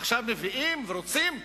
עכשיו מביאים, ורוצים להביא,